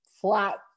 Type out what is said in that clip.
flat